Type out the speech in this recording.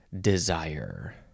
desire